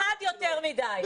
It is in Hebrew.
אחד יותר מדי.